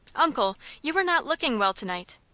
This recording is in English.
uncle, you are not looking well to-night.